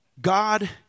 God